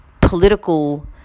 political